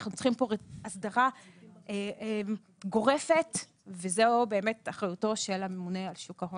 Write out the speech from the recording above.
אנחנו צריכים פה הסדרה גורפת וזו אחריותו של הממונה על שוק ההון.